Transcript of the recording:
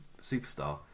superstar